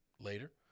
later